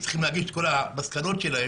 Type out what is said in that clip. צריכים להגיש את כל המסקנות שלהם.